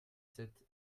sept